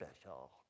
special